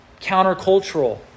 countercultural